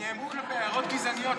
נאמרו כאן הערות גזעניות.